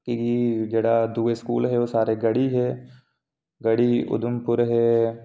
क्योंकि जेह्ड़ा दूआ स्कूल हा ओह् सारे गढ़ी हे गढ़ी उधमपुर हे